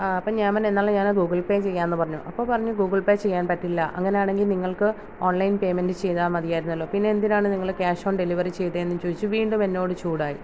അപ്പോൾ ഞാൻ പറഞ്ഞു എന്നാൽ ഞാൻ ഗൂഗിൾ പേ ചെയ്യാന്ന് പറഞ്ഞു അപ്പോൾ പറഞ്ഞു ഗൂഗിൾ പേ ചെയ്യാൻ പറ്റില്ല അങ്ങനാണെങ്കിൽ നിങ്ങൾക്ക് ഓൺലൈൻ പെയ്മെൻറ്റ് ചെയ്താൽ മതിയായിരുന്നല്ലോ പിന്നെന്തിനാണ് നിങ്ങൾ ക്യാഷ് ഓൺ ഡെലിവറി ചെയ്തേന്നും ചോദിച്ച് വീണ്ടും എന്നോട് ചൂടായി